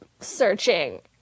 searching